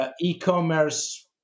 e-commerce